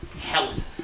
Helen